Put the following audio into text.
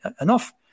enough